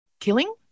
killing